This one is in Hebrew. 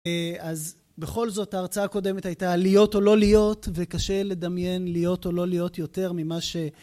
אז בכל זאת ההרצאה הקודמת הייתה על להיות או לא להיות וקשה לדמיין להיות או לא להיות יותר ממה ש...